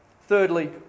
Thirdly